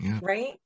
right